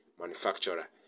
manufacturer